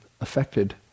affected